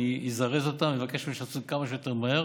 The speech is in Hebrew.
אזרז אותם ואבקש מהם שיפעלו כמה שיותר מהר.